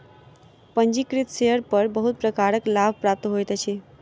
पंजीकृत शेयर पर बहुत प्रकारक लाभ प्राप्त होइत अछि